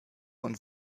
und